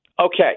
okay